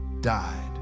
died